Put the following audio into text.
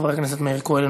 חבר הכנסת מאיר כהן,